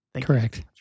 Correct